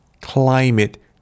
climate